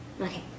Okay